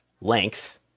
length